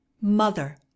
Mother